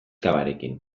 cavarekin